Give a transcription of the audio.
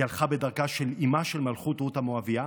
היא הלכה בדרכה של אימה של מלכות, רות המואבייה,